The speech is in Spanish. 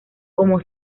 como